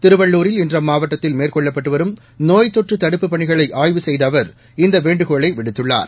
திருவள்ளுரில் இன்று அம்மாவட்டத்தில் மேற்கொள்ளப்பட்டு வரும் நோய்த் தொற்று தடுப்புப் பணிகளை ஆய்வு செய்த அவர் இந்த வேண்டுகோளை விடுத்துள்ளார்